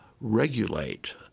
regulate